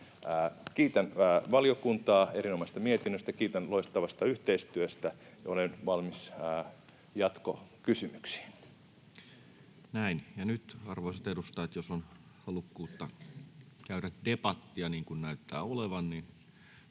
Kiitän valiokuntaa erinomaisesta mietinnöstä. Kiitän loistavasta yhteistyöstä, ja olen valmis jatkokysymyksiin. Näin. — Ja nyt, arvoisat edustajat, jos on halukkuutta käydä debattia, niin kuin näyttää olevan,